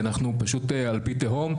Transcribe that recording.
אנחנו פשוט על-פי תהום.